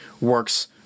works